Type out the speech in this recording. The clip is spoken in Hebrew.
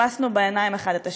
חיפשנו בעיניים אחד את השני,